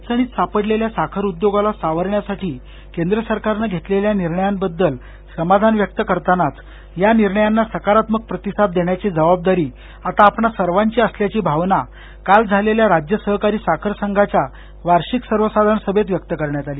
अडचणीत सापडलेल्या साखर उद्योगाला सावरण्यासाठी केंद्रसरकारन घेतलेल्या निर्णयांबद्दल समाधान व्यक्त करतानाच या निर्णयांना सकारात्मक प्रतिसाद देण्याची जबाबदारी आता आपणा सर्वांची असल्याची भावना काल झालेल्या राज्य सहकारी साखर संघाच्या वार्षिक सर्वसाधारण सभेत व्यक्त करण्यात आली